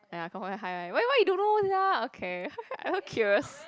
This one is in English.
!aiya! confirm very high why why you don't know sia okay I also curious